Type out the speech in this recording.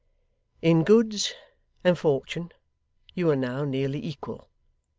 in goods and fortune you are now nearly equal.